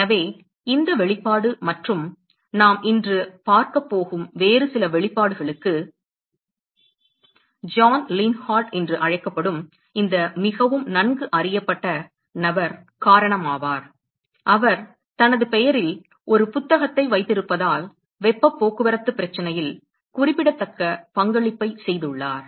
எனவே இந்த வெளிப்பாடு மற்றும் நாம் இன்று பார்க்கப்போகும் வேறு சில வெளிப்பாடுகளுக்கு ஜான் லீன்ஹார்ட் என்று அழைக்கப்படும் இந்த மிகவும் நன்கு அறியப்பட்ட நபர் காரணமாகும் அவர் தனது பெயரில் ஒரு புத்தகத்தை வைத்திருப்பதால் வெப்பப் போக்குவரத்து பிரச்சனையில் குறிப்பிடத்தக்க பங்களிப்பை செய்துள்ளார்